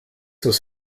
was